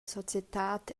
societad